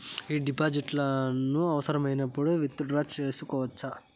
ఈ డిపాజిట్లను అవసరమైనప్పుడు విత్ డ్రా సేసుకోవచ్చా?